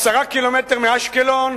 10 ק"מ מאשקלון,